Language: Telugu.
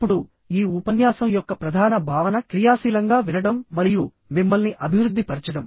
ఇప్పుడు ఈ ఉపన్యాసం యొక్క ప్రధాన భావన క్రియాశీలంగా వినడం మరియు మిమ్మల్ని అభివృద్ధి పరచడం